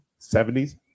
70s